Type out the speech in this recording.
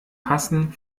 passen